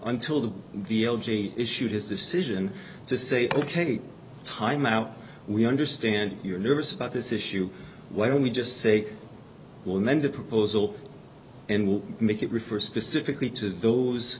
until the deal jane issued his decision to say ok time out we understand you're nervous about this issue why don't we just say well mend the proposal and we'll make it refer specifically to those